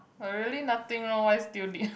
but really nothing wrong why still need